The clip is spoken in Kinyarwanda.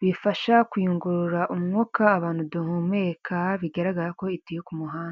bifasha kuyungurura umwuka abantu duhumeka, bigaragara ko ituye ku muhanda.